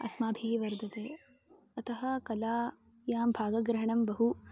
अस्माभिः वर्धते अतः कलायां भागग्रहणं बहु